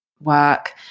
work